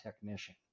technician